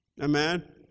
Amen